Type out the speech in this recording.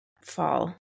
fall